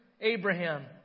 Abraham